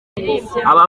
aba